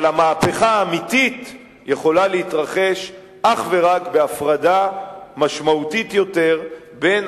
אבל המהפכה האמיתית יכולה להתרחש אך ורק בהפרדה משמעותית יותר בין